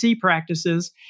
practices